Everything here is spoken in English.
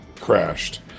crashed